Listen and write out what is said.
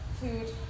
food